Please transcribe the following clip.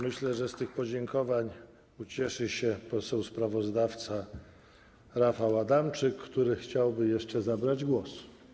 Myślę, że z tych podziękowań ucieszy się poseł sprawozdawca Rafał Adamczyk, który chciałby jeszcze zabrać głos.